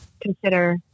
consider